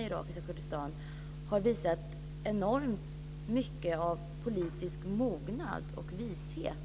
i irakiska Kurdistan har visat enormt mycket av politisk mognad och vishet.